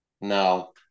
No